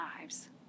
lives